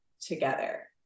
together